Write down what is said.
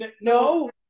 No